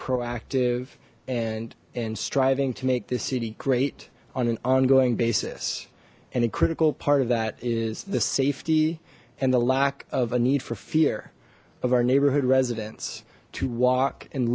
proactive and and striving to make this city great on an ongoing basis and a critical part of that is the safety and the lack of a need for fear of our neighborhood residents to walk and